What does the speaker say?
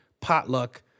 potluck